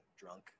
drunk